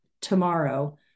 tomorrow